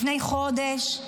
לפני חודש,